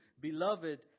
Beloved